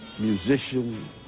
musician